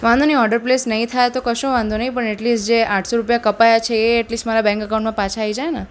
વાંધો નહીં order place નહીં થાય તો કશો વાંધો નહીં પણ એટલીસ્ટ જે આઠસો રૂપિયા કપાયા છે એ એટલીસ્ટ મારા બેંક એકાઉન્ટમાં પાછા આવી જાય ને